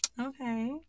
Okay